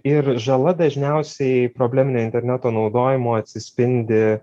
ir žala dažniausiai probleminio interneto naudojimo atsispindi